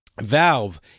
Valve